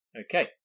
Okay